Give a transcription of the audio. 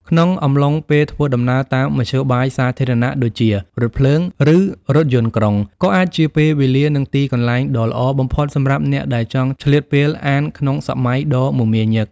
ក្នុងអំឡុងពេលធ្វើដំណើរតាមមធ្យោបាយសាធារណៈដូចជា រថភ្លើង ឬរថយន្តក្រុង ក៏អាចជាពេលវេលានិងទីកន្លែងដ៏ល្អបំផុតសម្រាប់អ្នកដែលចង់ឆ្លៀតពេលអានក្នុងសម័យដ៏មមាញឹក។